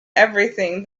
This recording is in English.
everything